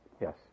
Yes